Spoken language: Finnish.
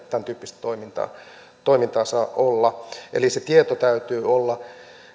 tämäntyyppistä toimintaa saa olla eli sen tiedon täytyy olla